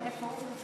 איפה?